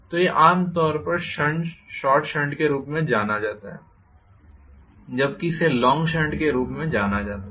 तो यह आमतौर पर शॉर्ट शंट के रूप में जाना जाता है जबकि इसे लॉन्ग शंट के रूप में जाना जाता है